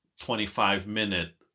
25-minute